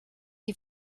die